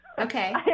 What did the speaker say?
Okay